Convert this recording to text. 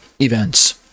events